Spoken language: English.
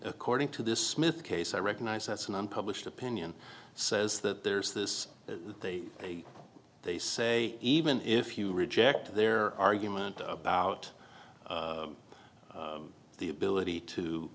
according to this smith case i recognize that's an unpublished opinion says that there's this they say they say even if you reject their argument about the ability to